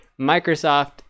microsoft